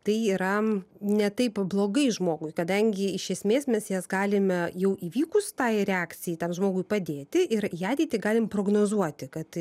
tai yra ne taip blogai žmogui kadangi iš esmės mes jas galime jau įvykus tai reakcijai tam žmogui padėti ir į ateitį galim prognozuoti kad